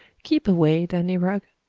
keep away, danny rugg,